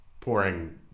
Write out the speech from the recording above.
pouring